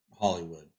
Hollywood